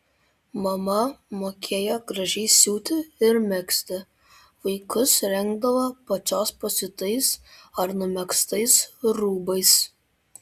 mama mokėjo gražiai siūti ir megzti vaikus rengdavo pačios pasiūtais ar numegztais rūbais